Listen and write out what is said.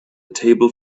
table